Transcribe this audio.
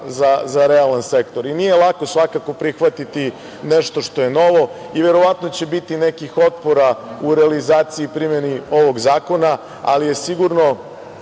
za realan sektor i nije lako svakako prihvatiti nešto što je novo. Verovatno će biti nekih otpora u realizaciji i primeni ovog zakona, ali je sigurno